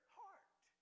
heart